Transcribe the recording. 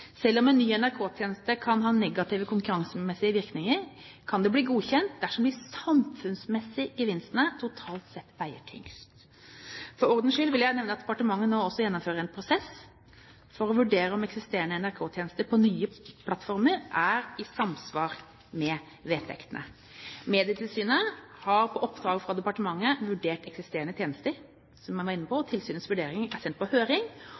Selv om en ny NRK-tjeneste kan ha negative konkurransemessige virkninger, kan den bli godkjent dersom de samfunnsmessige gevinstene totalt sett veier tyngst. For ordens skyld vil jeg nevne at departementet nå også gjennomfører en prosess for å vurdere om eksisterende NRK-tjenester på nye plattformer er i samsvar med vedtektene. Medietilsynet har på oppdrag fra departementet vurdert eksisterende tjenester – som jeg var inne på – og tilsynets vurdering er sendt på høring